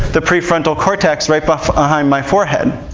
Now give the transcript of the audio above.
the prefrontal cortex, right but behind my forehead.